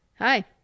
Hi